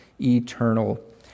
eternal